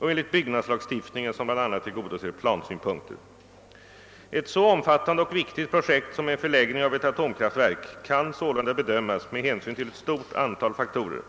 och enligt byggnadslagstiftningen, som bl.a. tillgodoser plansynpunkter: Ett så omfattande och viktigt projekt som en förläggning av ett atomkraftverk kan sålunda bedömas med hänsyn till ett stort antal faktorer.